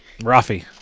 Rafi